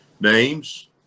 names